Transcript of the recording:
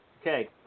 Okay